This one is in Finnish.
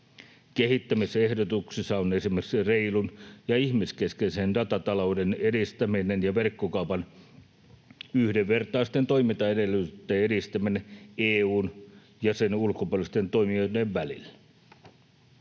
Kehittämisehdotuksissa on esimerkiksi reilun ja ihmiskeskeisen datatalouden edistäminen ja verkkokaupan yhdenvertaisten toimintaedellytysten edistäminen EU:n ja sen ulkopuolisten toimijoiden välillä.